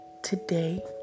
Today